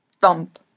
Thump